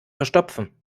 verstopfen